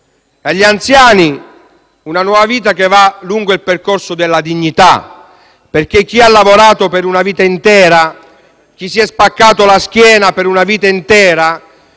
agli anziani una nuova vita che va lungo il percorso della dignità perché chi ha lavorato per una vita intera, chi si è spaccato la schiena per una vita intera,